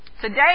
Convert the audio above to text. today